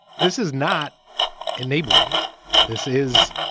this is not enabling this is,